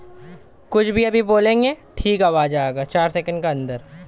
backhoe যন্ত্রে ধাতব বালতিটি মাটিকে পিছনের দিকে সরিয়ে মাটি কেটে জায়গা বানানোর কাজ করে